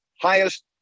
highest